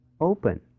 open